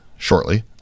shortly